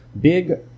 Big